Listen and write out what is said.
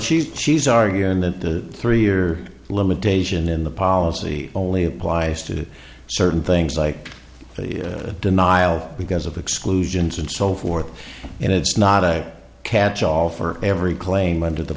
she's she's arguing that the three year limitation in the policy only applies to certain things like denial because of exclusions and so forth and it's not a catch all for every claim under the